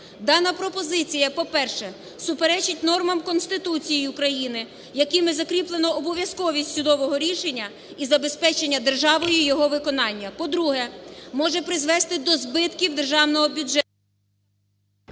Дана пропозиція, по-перше, суперечить нормам Конституції України, якими закріплено обов'язковість судового рішення і забезпечення державою його виконання; по-друге, може призвести до збитків державного бюджету...